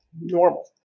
normal